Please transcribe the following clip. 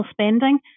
spending